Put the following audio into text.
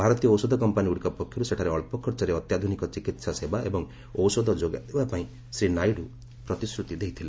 ଭାରତୀୟ ଔଷଧ କମ୍ପାନିଗୁଡ଼ିକ ପକ୍ଷରୁ ସେଠାରେ ଅଳ୍ପ ଖର୍ଚ୍ଚରେ ଅତ୍ୟାଧୁନିକ ଚିକିତ୍ସା ସେବା ଏବଂ ଔଷଧ ଯୋଗାଇଦେବା ପାଇଁ ଶ୍ରୀ ନାଇଡୁ ପ୍ରତିଶ୍ରତି ଦେଇଥିଲେ